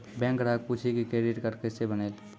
Bank ग्राहक पुछी की क्रेडिट कार्ड केसे बनेल?